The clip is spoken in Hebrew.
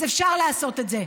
אז אפשר לעשות את זה.